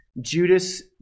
Judas